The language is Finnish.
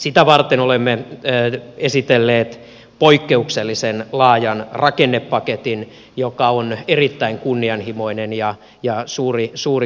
sitä varten olemme esitelleet poikkeuksellisen laajan rakennepaketin joka on erittäin kunnianhimoinen ja suuri kokonaisuus